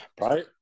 right